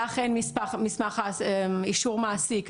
לך אין מסמך אישור מעסיק,